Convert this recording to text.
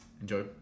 Enjoy